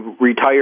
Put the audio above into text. retire